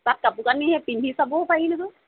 তাত কাপোৰ কানি সেই পিন্ধি চাবও পাৰি নহয়